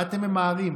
מה אתם ממהרים?